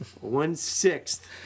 One-sixth